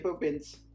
pins